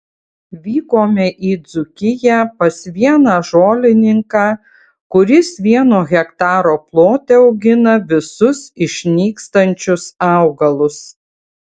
vykome į dzūkiją pas vieną žolininką kuris vieno hektaro plote augina visus išnykstančius augalus